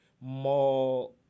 more